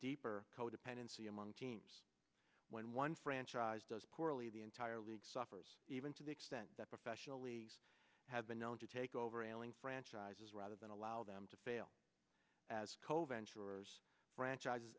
deeper codependency among teens when one franchise does poorly the entire league suffers even to the extent that professional leagues have been known to take over ailing franchises rather than allow them to fail as cove ensures franchises